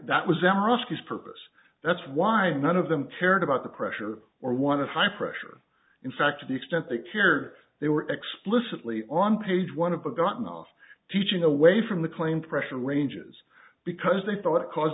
his purpose that's why none of them cared about the pressure or wanted high pressure in fact to the extent they cared they were explicitly on page one of the gotten off teaching away from the claimed pressure ranges because they thought it cause